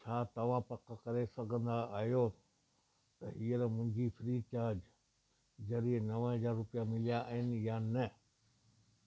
छा तव्हां पक करे सघंदा आहियो त हींअर मुंहिंजी फ़्री चार्ज ज़रिए नव हज़ार रुपया मिलिया आहिनि या न